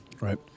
Right